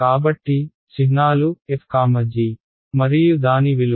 కాబట్టి చిహ్నాలు fg మరియు దాని విలువ